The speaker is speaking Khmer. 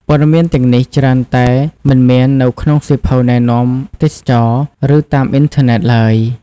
ព័ត៌មានទាំងនេះច្រើនតែ មិនមាននៅក្នុងសៀវភៅណែនាំទេសចរណ៍ ឬតាមអុីនធឺណេតឡើយ។